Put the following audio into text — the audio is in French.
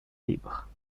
libre